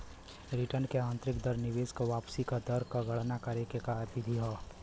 return क आंतरिक दर निवेश क वापसी क दर क गणना करे के एक विधि हौ